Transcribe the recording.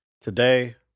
Today